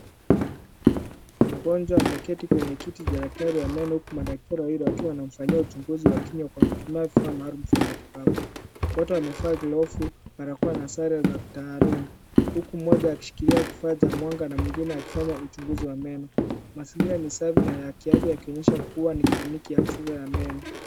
Mgonjwa ameketi kwenye kiti cha daktari wa meno huku madaktari wawili wakiwa wanamfanyia uchunguzi wa kinywa kwa kutumia vifaa maalum vya matibabu. Wote wamevaa glavu, barakoa na sare za kitaalamu huku mmoja akishikilia kifaa cha mwanga na mwengine akifanya uchunguzi wa meno. Mazingira ni safi na ya kiafya yakionyesha kuwa ni kliniki ya kisasa ya meno.